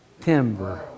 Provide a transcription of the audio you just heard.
timber